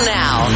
now